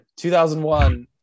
2001